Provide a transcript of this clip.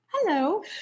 hello